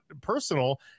personal